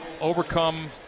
overcome